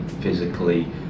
physically